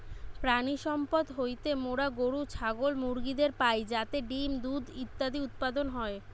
প্রাণিসম্পদ হইতে মোরা গরু, ছাগল, মুরগিদের পাই যাতে ডিম্, দুধ ইত্যাদি উৎপাদন হয়